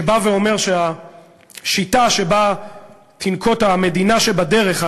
שבא ואומר שהשיטה שתנקוט המדינה שבדרך,